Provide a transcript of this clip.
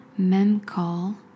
memcall